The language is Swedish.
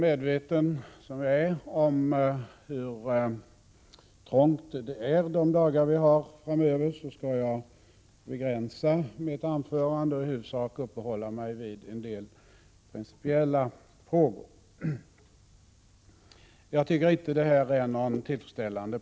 Eftersom jag är medveten om hur ont om tid det är de dagar vi har framöver, skall jag begränsa mitt anförande och i huvudsak uppehålla mig vid en del principiella frågor. Jag tycker inte att denna proposition är tillfredsställande.